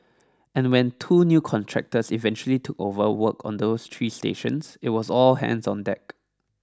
and when two new contractors eventually took over work on those three stations it was all hands on deck